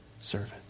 servant